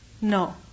No